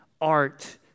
art